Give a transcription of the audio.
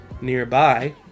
nearby